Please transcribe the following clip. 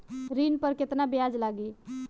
ऋण पर केतना ब्याज लगी?